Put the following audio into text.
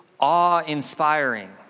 awe-inspiring